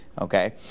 okay